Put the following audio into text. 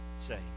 say